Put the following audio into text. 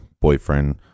boyfriend